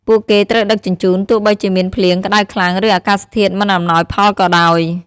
ពួកគេត្រូវដឹកជញ្ជូន ទោះបីជាមានភ្លៀង ក្តៅខ្លាំង ឬអាកាសធាតុមិនអំណោយផលក៏ដោយ។